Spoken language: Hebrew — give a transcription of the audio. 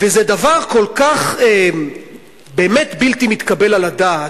וזה דבר כל כך, באמת, בלתי מתקבל על הדעת,